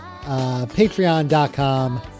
patreon.com